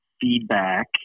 feedback